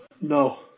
No